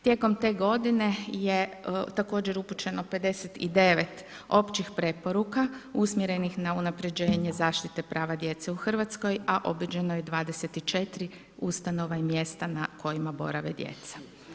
Tijekom te godine je također upućeno 59 općih preporuka usmjerenih na unapređenje zaštite prava djece u Hrvatskoj, a obiđeno je 24 ustanove i mjesta na kojima borave djeca.